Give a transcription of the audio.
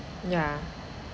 ya